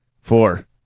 Four